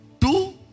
two